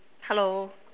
hello